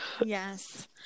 yes